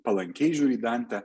palankiai žiūri į dantę